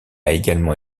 également